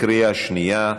בקריאה שנייה.